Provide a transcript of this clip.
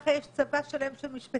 ככה יש צבא שלם של משפטנים.